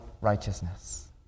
righteousness